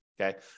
okay